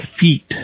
feet